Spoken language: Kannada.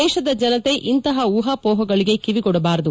ದೇಶದ ಜನತೆ ಇಂತಹ ಉಹಾಪೋಹಾಗಳಿಗೆ ಕಿವಿಗೊಡಬಾರದು